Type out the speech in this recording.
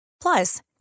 Plus